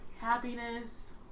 Happiness